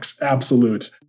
absolute